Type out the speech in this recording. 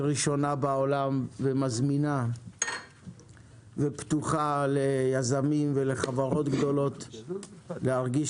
ראשונה בעולם ומזמינה ופתוחה ליזמים ולחברות גדולות להרגיש